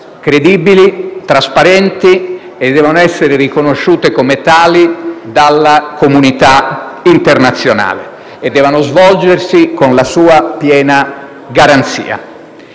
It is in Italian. credibili, trasparenti e devono essere riconosciute come tali dalla comunità internazionale. Devono svolgersi con la sua piena garanzia.